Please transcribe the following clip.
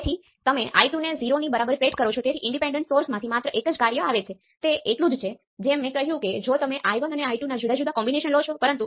પરંતુ જો તમે પ્રયત્ન કરો તો y પેરામિટર ની ગણતરી કરો તે બધા અનંત છે